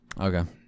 Okay